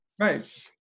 Right